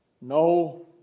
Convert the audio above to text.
no